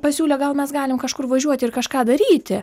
pasiūlė gal mes galim kažkur važiuoti ir kažką daryti